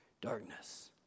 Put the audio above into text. darkness